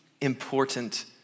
important